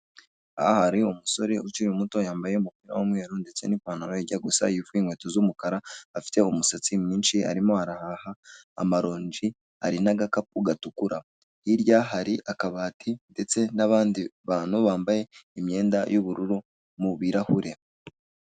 Aha hari umusore ukiri muto yambaye umupira w'umweru ndetse n'ipantaro ijya gusa ivu, inkweto z'umukara afite umusatsi mwinshi arimo arahaha amaronji, ari n'agakapu gatukura, hirya hari akabati ndetse n'abandi bantu bambaye imyenda y'ubururu mu birarahure.